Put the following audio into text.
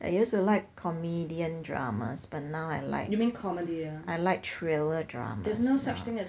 I used to like comedian dramas but now I like I like thriller dramas now